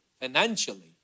financially